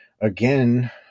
again –